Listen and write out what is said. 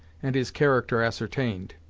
and his character ascertained.